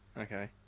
Okay